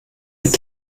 mit